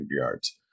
yards